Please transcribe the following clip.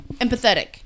Empathetic